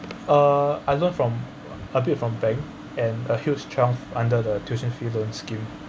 uh I learned from a bit from bank and a huge chunk under the tuition fee loan scheme